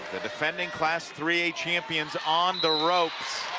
the defending class three a chamions on the ropes.